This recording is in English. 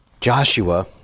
Joshua